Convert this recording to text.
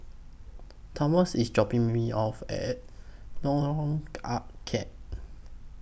Thomas IS dropping Me off At Lorong Ah Thia